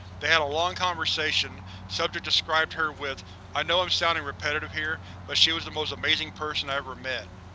they had a long conversation subject described her with i know i'm sounding repetitive here, but she was the most amazing person i've ever met.